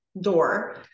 door